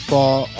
Fall